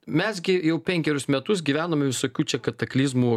mes gi jau penkerius metus gyvenome visokių čia kataklizmų